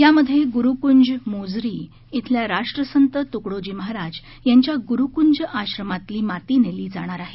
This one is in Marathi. यामध्ये गुरूकुंज मोझरी येथील राष्ट्रसंत तुकडोजी महाराज यांच्या गुरूकृंज आश्रमातील माती नेली जाणार आहे